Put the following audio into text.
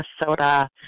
Minnesota